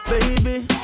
baby